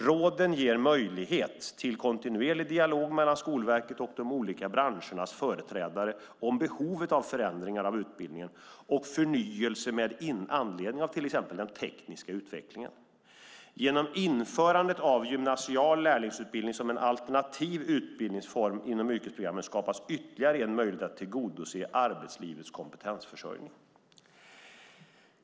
Råden ger möjlighet till kontinuerlig dialog mellan Skolverket och de olika branschernas företrädare om behovet av förändringar av utbildningen och förnyelse med anledning av till exempel den tekniska utvecklingen. Genom införandet av gymnasial lärlingsutbildning som en alternativ utbildningsform inom yrkesprogrammen skapas ytterligare en möjlighet att tillgodose arbetslivets kompetensförsörjning.